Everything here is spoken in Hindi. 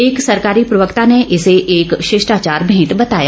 एक सरकारी प्रवक्ता ने इसे एक शिष्टाचार भेंट बताया